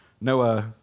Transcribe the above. Noah